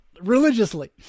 religiously